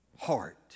heart